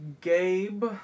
Gabe